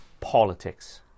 Politics